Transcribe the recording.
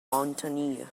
mountaineer